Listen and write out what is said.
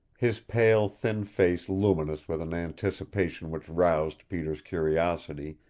his pale, thin face luminous with an anticipation which roused peter's curiosity,